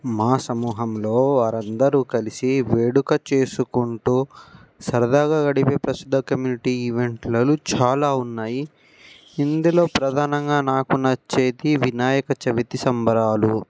మా సమూహంలో వారందరూ కలిసి వేడుక చేసుకుంటూ సరదాగా గడిపే ప్రసిద్ధ కమ్యూనిటీ ఈవెంట్లు చాలా ఉన్నాయి ఇందులో ప్రధానంగా నాకు నచ్చేది వినాయక చవితి సంబరాలు